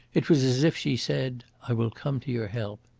it was as if she said, i will come to your help.